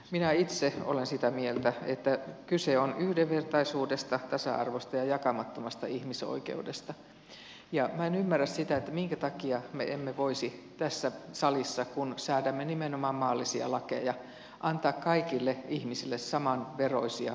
minä itse olen sitä mieltä että kyse on yhdenvertaisuudesta tasa arvosta ja jakamattomasta ihmisoikeudesta ja minä en ymmärrä sitä minkä takia me emme voisi tässä salissa kun säädämme nimenomaan maallisia lakeja antaa kaikille ihmisille samanveroisia oikeuksia